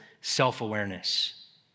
self-awareness